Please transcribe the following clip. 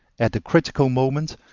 at the critical moment,